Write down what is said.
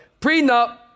Prenup